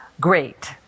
great